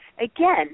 again